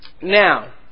Now